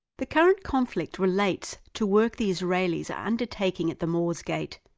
the current conflict relates to work the israelis are undertaking at the moors gate,